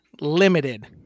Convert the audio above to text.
Limited